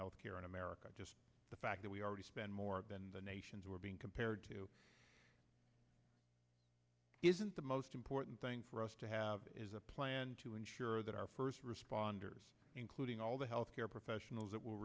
health care in america just the fact that we already spend more than the nations were being compared to isn't the most important thing for us to have is a plan to ensure that our first responders including all the health care professionals that will